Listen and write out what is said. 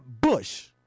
bush